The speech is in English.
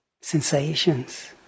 sensations